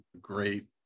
great